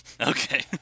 Okay